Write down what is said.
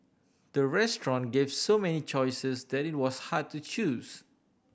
the restaurant gave so many choices that it was hard to choose